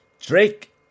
Drake